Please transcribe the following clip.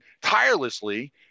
tirelessly